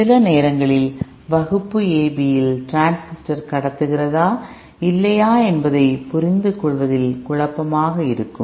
சில நேரங்களில் வகுப்பு AB இல் டிரான்ஸிஸ்டர் கடத்துகிறதா இல்லையா என்பதை புரிந்துகொள்வதில் குழப்பமாக இருக்கும்